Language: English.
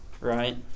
Right